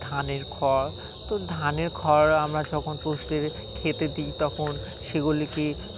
ধানের খড় তো ধানের খড় আমরা যখন পশুদের খেতে দিই তখন সেগুলিকে